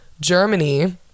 Germany